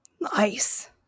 Nice